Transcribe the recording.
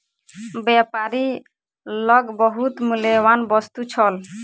व्यापारी लग बहुत मूल्यवान वस्तु छल